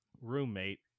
roommate